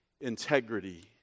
integrity